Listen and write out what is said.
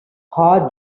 hua